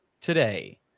today